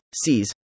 sees